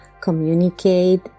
communicate